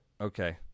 okay